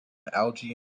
algae